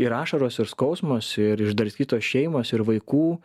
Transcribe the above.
ir ašaros ir skausmas ir išdraskytos šeimos ir vaikų